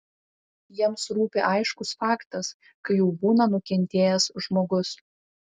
jiems rūpi aiškus faktas kai jau būna nukentėjęs žmogus